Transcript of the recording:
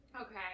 okay